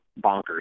bonkers